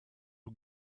who